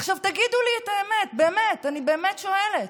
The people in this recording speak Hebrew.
עכשיו, תגידו לי את האמת, באמת, אני באמת שואלת: